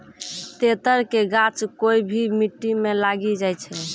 तेतर के गाछ कोय भी मिट्टी मॅ लागी जाय छै